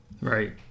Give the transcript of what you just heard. Right